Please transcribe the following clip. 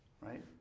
right